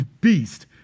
beast